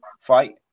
fight